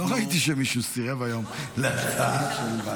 לא ראיתי שמישהו סירב היום להצעה של ועדת שרים.